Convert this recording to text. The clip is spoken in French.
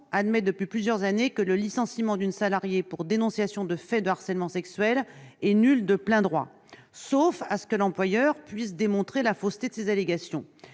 admet, depuis plusieurs années, que le licenciement d'une salariée pour dénonciation de faits de harcèlement sexuel est nul de plein droit, sauf à ce que l'employeur puisse démontrer la fausseté de ces allégations,